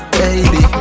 baby